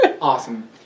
awesome